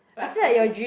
last time